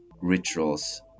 rituals